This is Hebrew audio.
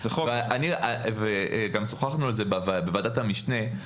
גם שוחחנו על זה בוועדת המשנה.